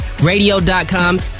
Radio.com